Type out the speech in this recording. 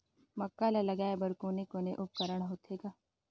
मक्का ला लगाय बर कोने कोने उपकरण होथे ग?